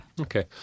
Okay